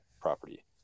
property